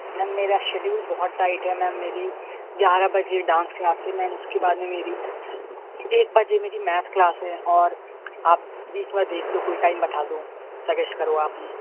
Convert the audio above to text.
میم میرا شیڈیول بہت ٹائٹ ہے میم میری گیارہ بجے ڈانس کلاس ہے میم اُس کے بعد میں میری ایک بجے میری میتھ کلاس ہے اور آپ بیچ میں دیکھ لو کوئی ٹائم بتا دو سجیس کرو آپ ہی